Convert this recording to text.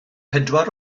pedwar